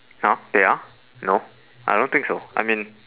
now they are no I don't think so I mean